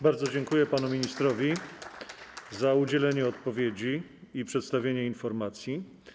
Bardzo dziękuję panu ministrowi za udzielenie odpowiedzi i przedstawienie informacji.